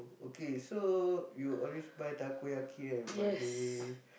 okay so you will always buy Takoyaki and Vada